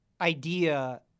idea